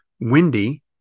windy